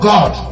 God